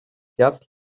свят